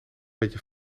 beetje